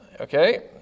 Okay